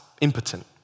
impotent